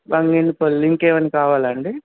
బంగినపల్లి ఇంకేమైనా కావాలా అండి